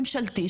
למה 30.06?